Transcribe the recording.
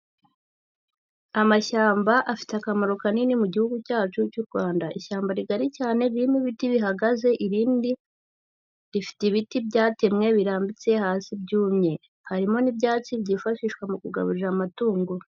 Amashyamba afite akamaro kanini mu gihugu cyacu cy'u Rwanda. Ishyamba rigari cyane ririmo ibiti bihagaze, irindi rifite ibiti byatemwe birambitse hasi byumye, harimo n'ibyatsi byifashishwa mu kugaburira amatungo.